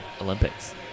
Olympics